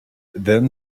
then